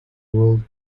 world